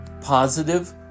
positive